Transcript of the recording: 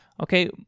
okay